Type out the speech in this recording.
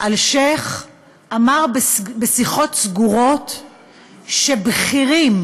אלשיך אמר בשיחות סגורות שבכירים,